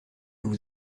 vous